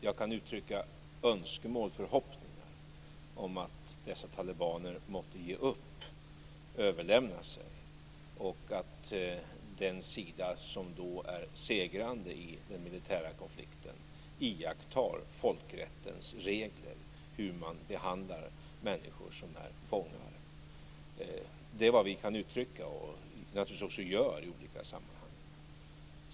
Jag kan uttrycka önskemål och förhoppningar om att dessa talibaner måtte ge upp och överlämna sig och att den sida som då är segrande i den militära konflikten iakttar folkrättens regler om hur man behandlar människor som är fångar. Det är vad vi kan uttrycka och naturligtvis också uttrycker i olika sammanhang.